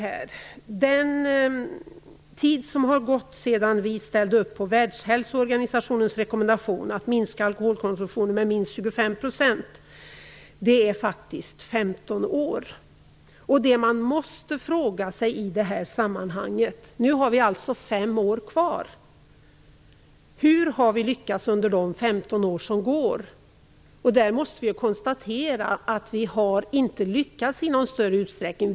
Det är nu faktiskt 15 år sedan vi ställde upp på Världshälsoorganisationens rekommendation att minska alkoholkonsumtionen med minst 25 %. Nu återstår det fem år för att nå det målet. Man måste då fråga sig: Hur har vi lyckats under de 15 år som gått? Vi måste konstatera att vi inte har lyckats i någon större utsträckning.